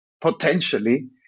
potentially